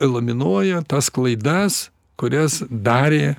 elaminuoja tas klaidas kurias darė